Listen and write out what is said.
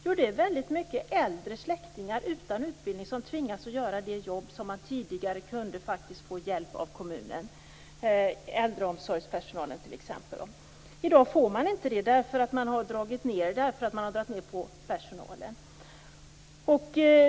Jo, det är väldigt många äldre släktingar utan utbildning som tvingas att göra det jobb de tidigare kunde få hjälp av kommunen med, t.ex. genom äldreomsorgspersonalen. I dag får de ingen hjälp därför att man har dragit ned på personalen.